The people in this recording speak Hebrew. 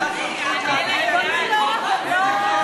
לא היה דבר כזה.